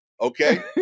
Okay